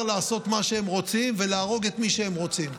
להם מותר לעשות מה שהם רוצים ולהרוג את מי שהם רוצים.